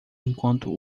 enquanto